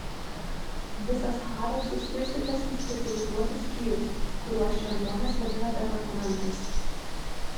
visas harrods suskirstytas į specializuotus skyrius kuriuos čia žmonės vadina departamentais